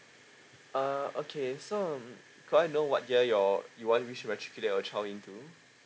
uh okay so could I know what year your you want which register your child into